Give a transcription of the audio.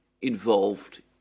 involved